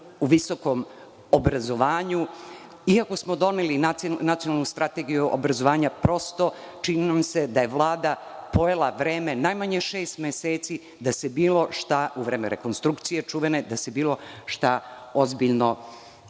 u visokom obrazovanju. Iako smo doneli Nacionalnu strategiju obrazovanja, prosto nam se čini da je Vlada pojela vreme, najmanje šest meseci u vreme čuvene rekonstrukcije, da se bilo šta ozbiljno